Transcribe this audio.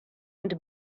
into